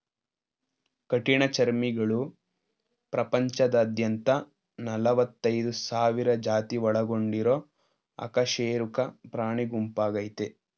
ಕಠಿಣಚರ್ಮಿಗಳು ಪ್ರಪಂಚದಾದ್ಯಂತ ನಲವತ್ತೈದ್ ಸಾವಿರ ಜಾತಿ ಒಳಗೊಂಡಿರೊ ಅಕಶೇರುಕ ಪ್ರಾಣಿಗುಂಪಾಗಯ್ತೆ